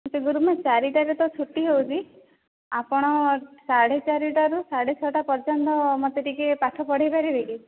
ଆଚ୍ଛା ଗୁରୁମା ଚାରିଟାରେ ତ ଛୁଟି ହେଉଛି ଆପଣ ସାଢେ ଚାରିଟାରୁ ସାଢେ ଛଅଟା ପର୍ଯ୍ୟନ୍ତ ମୋତେ ଟିକିଏ ପାଠ ପଢ଼ାଇ ପାରିବେ କି